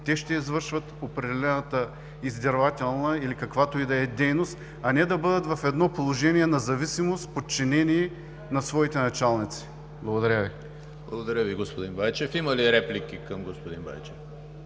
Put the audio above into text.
ще извършват определената издирвателна или каквато и да е дейност, а не да бъдат в положение на зависимост, подчинение на своите началници. Благодаря. ПРЕДСЕДАТЕЛ ЕМИЛ ХРИСТОВ: Благодаря, господин Байчев. Има ли реплики към господин Байчев?